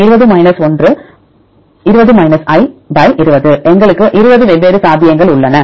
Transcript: எனவே 20 எங்களுக்கு 20 வெவ்வேறு சாத்தியங்கள் உள்ளன